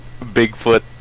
Bigfoot